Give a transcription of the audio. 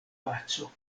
paco